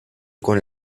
con